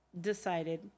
decided